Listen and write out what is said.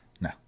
No